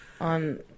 on